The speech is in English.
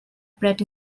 pratt